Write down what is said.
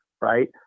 right